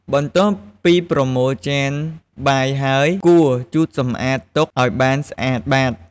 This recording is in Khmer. បន្ទាប់ពីប្រមូលចានបាយហើយ គួរជូតសម្អាតតុឱ្យបានស្អាតបាត។